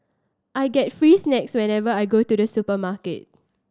I get free snacks whenever I go to the supermarket